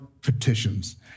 petitions